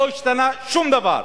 לא השתנה שום דבר.